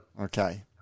Okay